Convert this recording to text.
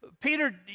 Peter